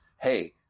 hey